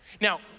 Now